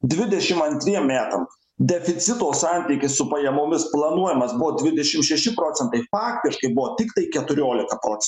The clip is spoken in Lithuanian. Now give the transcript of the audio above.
dvidešim antriem metam deficito santykis su pajamomis planuojamas buvo dvidešim šeši procentai faktiškai buvo tiktai keturiolika procen